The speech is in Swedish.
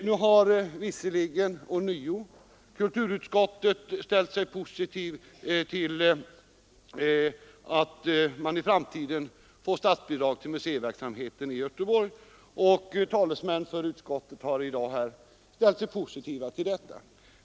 Nu har kulturutskottets majoritet visserligen ånyo ställt sig positiv till att i framtiden statsbidrag skall utgå till museieverksamheten i Göteborg och talesmän för utskottsmajoriteten har i dag uttalat sig i denna riktning.